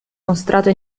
mostrato